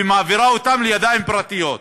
ומעבירה אותם לידיים פרטיות.